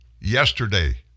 yesterday